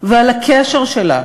ועל הקשר שלה